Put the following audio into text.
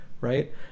right